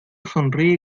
sonríe